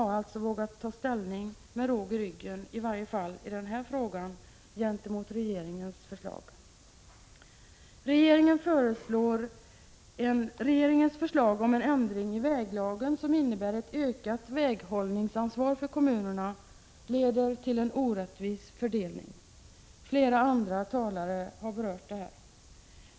Utskottet har med råg i ryggen vågat ta ställning mot regeringens förslag i den här frågan. Regeringens förslag om en ändring i väglagen, som innebär ett ökat väghållningsansvar för kommunerna, leder till en orättvis fördelning. Flera andra talare har berört detta.